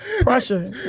Pressure